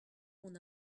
mon